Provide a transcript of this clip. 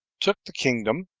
took the kingdom,